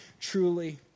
truly